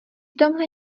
tomhle